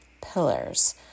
pillars